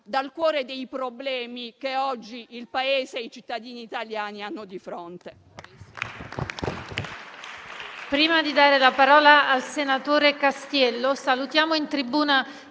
dal cuore dei problemi che oggi il Paese e i cittadini italiani hanno di fronte.